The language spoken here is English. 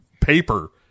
paper